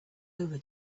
over